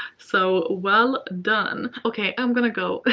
so well done. okay, i'm gonna go.